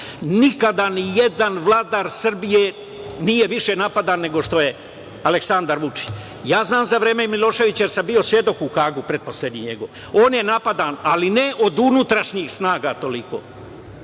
nikada nijedan vladar Srbije nije više napadan nego što je Aleksandar Vučić. Znam za vreme Miloševića jer sam bio svedok u Hagu, pretposlednji njegov, on je napadan, ali ne od unutrašnjih snaga toliko.